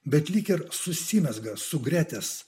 bet lyg ir susimezga su gretės